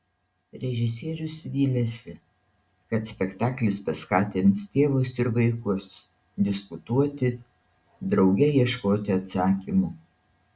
režisierius viliasi kad spektaklis paskatins tėvus ir vaikus diskutuoti drauge ieškoti atsakymų